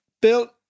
Bill